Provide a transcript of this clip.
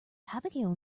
abigail